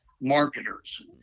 marketers